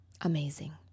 amazing